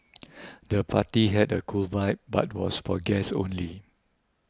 the party had a cool vibe but was for guests only